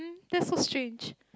that's so strange